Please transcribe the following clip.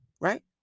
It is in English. Right